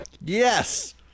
yes